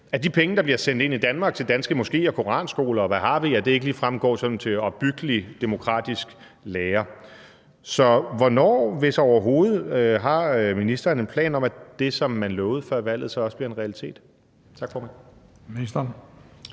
at de penge, der bliver sendt ind i Danmark til danske moskéer, koranskoler – og hvad har vi? – ikke ligefrem går til opbyggelig demokratisk lære. Så hvornår – hvis overhovedet – har ministeren en plan om, at det, som man lovede før valget, så også bliver en realitet?